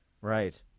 Right